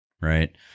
right